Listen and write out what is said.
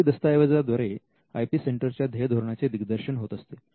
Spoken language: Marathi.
पॉलिसी दस्तऐवजा द्वारे आय पी सेंटरच्या ध्येयधोरणा चे दिग्दर्शन होत असते